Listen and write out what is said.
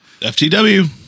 FTW